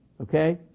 Okay